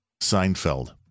Seinfeld